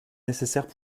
nécessaires